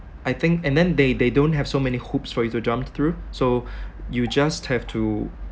I think and then they they don't have so many hoops for you to jump through so you just have to